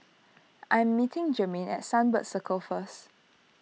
I am meeting Jermaine at Sunbird Circle first